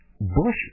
Bush